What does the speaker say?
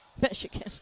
Michigan